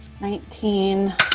nineteen